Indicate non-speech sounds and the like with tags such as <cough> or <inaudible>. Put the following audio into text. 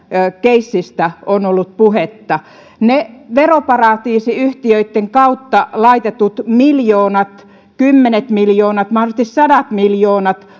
keissistä on ollut puhetta ne veroparatiisiyhtiöitten kautta laitetut miljoonat kymmenet miljoonat mahdollisesti sadat miljoonat <unintelligible>